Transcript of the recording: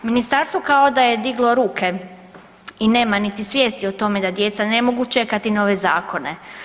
Ministarstvo kao da je diglo ruke i nema niti svijesti o tome da djeca ne mogu čekati nove zakone.